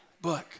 book